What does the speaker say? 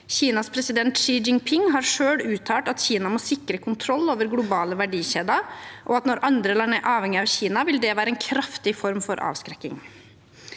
Kinas president Xi Jinping har selv uttalt at Kina må sikre kontroll over globale verdikjeder, og at når andre land er avhengige av Kina, vil det være en kraftig form for avskrekking.